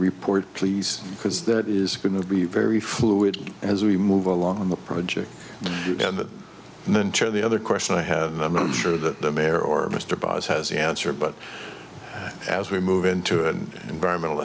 report please because that is going to be very fluid as we move along on the project and that and then turn the other question i have not sure that the mayor or mr baez has an answer but as we move into and environmental